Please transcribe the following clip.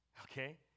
okay